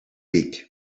week